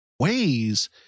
ways